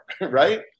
right